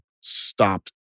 stopped